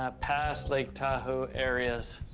ah pass lake tahoe areas.